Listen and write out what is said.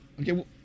Okay